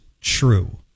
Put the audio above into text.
true